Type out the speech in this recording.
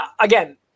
again